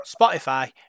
Spotify